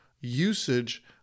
usage